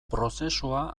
prozesua